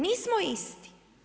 Nismo isti.